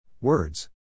Words